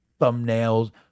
thumbnails